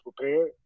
prepared